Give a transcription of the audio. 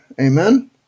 Amen